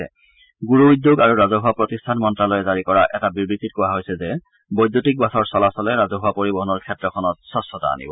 ণুৰু উদ্যোগ আৰু ৰাজহুৱা প্ৰতিষ্ঠান মন্তালয়ে জাৰি কৰা এটা বিবৃতিত কোৱা হৈছে যে বৈদ্যুতিক বাছৰ চলাচলে ৰাজহুৱা পৰিবহনৰ ক্ষেত্ৰখনত স্বচ্ছতা আনিব